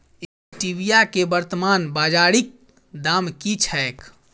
Stevia केँ वर्तमान बाजारीक दाम की छैक?